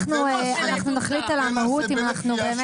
אנחנו נחליט על המהות אם אנחנו באמת